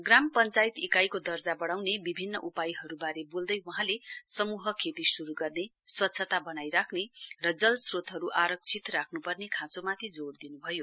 ग्राम पञ्चायत इकाइको दर्जा बढाउने विभिन्न उपायहरूबारे बोल्दै वहाँले समूह खेती श्रु गर्ने स्वच्छता बनाइ राख्ने जल श्रोतहरू आरक्षित राख्नुपर्ने खाँचोमाथि जोड़ दिनुभयो